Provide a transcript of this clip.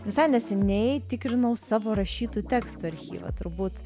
visai neseniai tikrinau savo rašytų tekstų archyvą turbūt